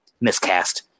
miscast